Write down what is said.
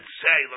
say